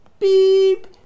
Beep